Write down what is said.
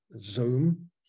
zoom